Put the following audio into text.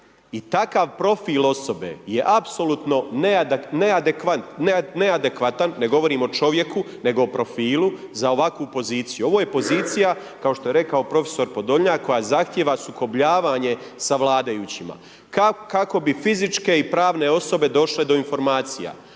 i takav profil osobe je apsolutno neadekvatan, ne govorim o čovjeku nego o profilu za ovakvu poziciju. Ovo je pozicija kao što je rekao profesor Podolnjak koja zahtjeva sukobljavanje sa vladajućima, kako bi fizičke i pravne osobe došle do informacija.